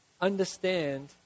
understand